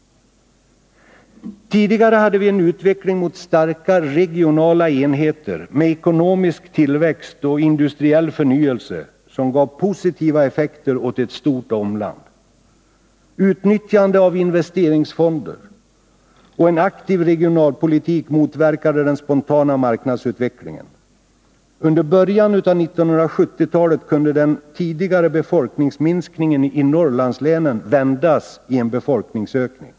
Tidigare hade vi en utveckling mot starka regionala enheter med ekonomisk tillväxt och industriell förnyelse som gav positiva effekter åt ett stort omland. Utnyttjande av investeringsfonder och en aktiv regionalpolitik motverkade den spontana marknadsutvecklingen. Under början av 1970 talet kunde den tidigare befolkningsminskningen i Norrlandslänen vändas i en befolkningsökning.